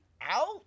out